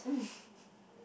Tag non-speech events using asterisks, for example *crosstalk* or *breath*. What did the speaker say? um *breath*